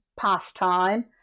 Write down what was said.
pastime